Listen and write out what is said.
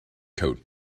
coat